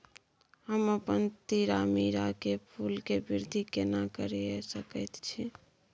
हम अपन तीरामीरा के फूल के वृद्धि केना करिये सकेत छी?